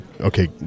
okay